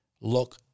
look